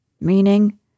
meaning